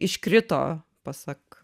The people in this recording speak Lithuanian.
iškrito pasak